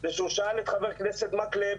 זה שהוא שאל את חבר הכנסת מקלב,